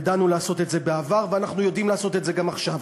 ידענו לעשות את זה בעבר ואנחנו יודעים לעשות את זה גם עכשיו.